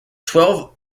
twelve